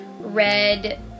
red